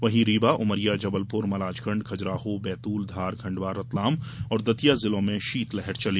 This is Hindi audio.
वहीं रीवा उमरिया जबलपुर मजालखंड खजुराहो बैतूल धार खंडवा रतलाम और दतिया जिलों में शीतलहर चली